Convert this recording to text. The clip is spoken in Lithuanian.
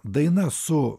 daina su